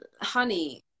honey